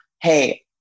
hey